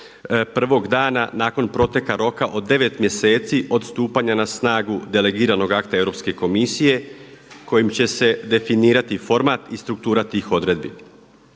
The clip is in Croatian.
prvog dana nakon proteka roka od 9 mjeseci od stupanja na snagu delegiranog akta Europske komisije kojim će se definirati format i struktura tih odredbi.